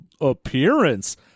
appearance